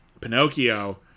Pinocchio